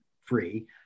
free